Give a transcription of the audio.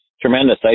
tremendous